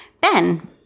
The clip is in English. Ben